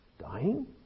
dying